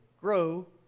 grow